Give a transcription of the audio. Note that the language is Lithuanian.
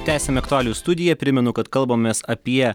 tęsiame aktualiijų studija primenu kad kalbamės apie